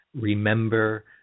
remember